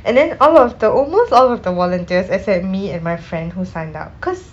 and then all of the almost all of the volunteers except me and my friend who signed up cause